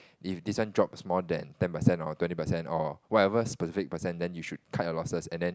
if this one drops more ten percent or twenty percent or whatever specific percent then you should cut your losses and then